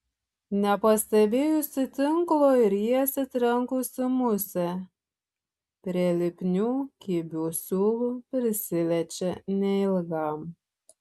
nepastebėjusi tinklo ir į jį atsitrenkusi musė prie lipnių kibių siūlų prisiliečia neilgam